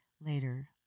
later